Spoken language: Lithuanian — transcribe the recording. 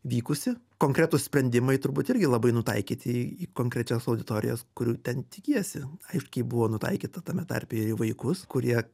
vykusi konkretūs sprendimai turbūt irgi labai nutaikyti į konkrečias auditorijas kurių ten tikiesi aiškiai buvo nutaikyta tame tarpe ir į vaikus kurie